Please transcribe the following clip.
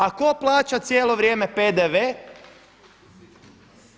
A tko plaća cijelo vrijeme PDV-e?